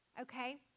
Okay